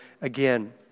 again